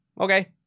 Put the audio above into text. Okay